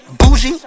bougie